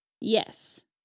Yes